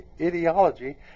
ideology